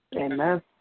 Amen